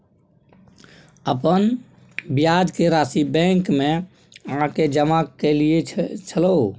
अपन ब्याज के राशि बैंक में आ के जमा कैलियै छलौं?